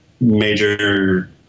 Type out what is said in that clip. major